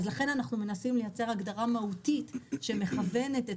ולכן אנחנו מנסים לייצר הגדרה מהותית שמכוונת את